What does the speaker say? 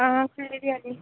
हां सूजी बी आई दी